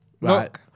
Right